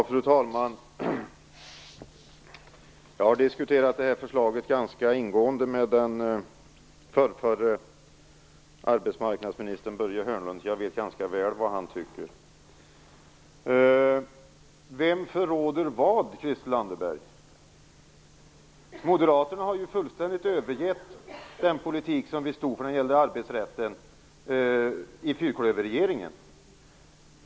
Fru talman! Jag har ganska ingående diskuterat det här förslaget med förrförre arbetsmarknadsministern Börje Hörnlund, så jag vet ganska väl vad han tycker. Christel Anderberg, vem förråder vad? Moderaterna har ju fullständigt övergett den politik som vi i fyrklöverregeringen stod för när det gällde arbetsrätten.